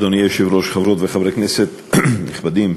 אדוני היושב-ראש, חברות וחברי כנסת נכבדים,